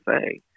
say